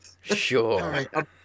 Sure